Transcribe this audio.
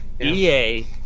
EA